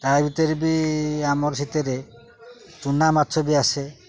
ତା ଭିତରେ ବି ଆମର ସେଥିରେ ଚୁନା ମାଛ ବି ଆସେ